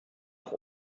auch